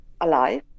alive